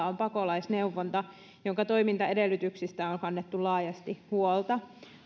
on pakolaisneuvonta jonka toimintaedellytyksistä on kannettu laajasti huolta